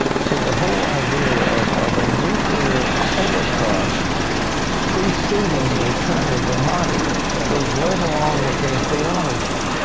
so the whole idea of of a nuclear holocaust preceding the return of the mahdi goes right along with their theology,